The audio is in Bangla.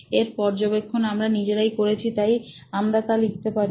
এর পর্যবেক্ষণ আমরা নিজেরাই করেছি তাই আমরা তা লিখতে পারি